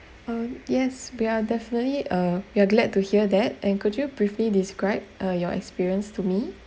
um yes we are definitely uh we are glad to hear that and could you briefly describe uh your experience to me